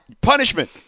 Punishment